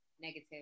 Negative